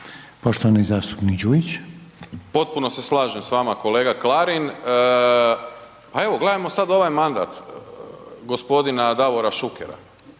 Saša (SDP)** Potpuno se slažem s vama kolega Klarin. Pa evo gledajmo sada ovaj mandat gospodina Davora Šukera,